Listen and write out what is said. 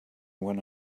when